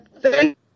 Thank